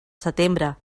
setembre